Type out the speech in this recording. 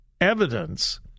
evidence